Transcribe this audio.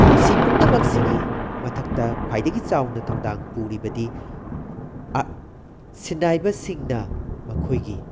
ꯃꯁꯤ ꯄꯨꯝꯅꯃꯛꯁꯤꯒꯤ ꯃꯊꯛꯇ ꯈ꯭ꯋꯥꯏꯗꯒꯤ ꯆꯥꯎꯅ ꯊꯧꯗꯥꯡ ꯄꯨꯔꯤꯕꯗꯤ ꯑꯥ ꯁꯤꯟꯅꯥꯏꯕꯁꯤꯡꯅ ꯃꯈꯣꯏꯒꯤ